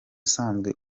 usanzwe